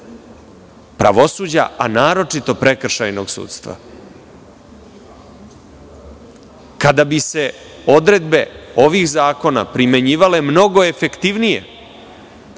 pravosuđa, a naročito prekršajnog sudstva. Kada bi se odredbe ovih zakona primenjivale mnogo efektivnije